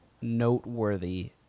noteworthy